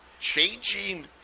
changing